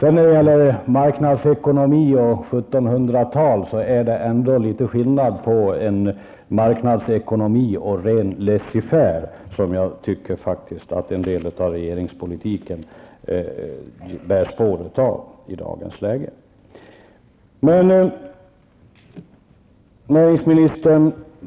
Vad gäller frågor om marknadsekonomi och 1700 talsdoktriner vill jag säga att det ändå är en viss skillnad på en marknadsekonomi och laisser fairepolitik. Det tycker jag faktiskt att en del av regeringspolitiken bär spår av i dagens läge. Näringsministern!